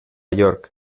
york